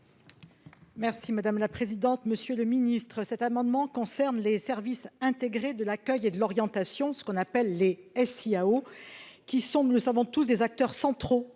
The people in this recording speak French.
Merci madame la présidente, monsieur le Ministre, cet amendement concerne les services intégrés de l'accueil et de l'orientation, ce qu'on appelle les SIAO qui sommes nous savons tous des acteurs centraux